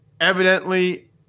Evidently